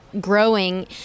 growing